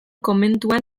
komentuan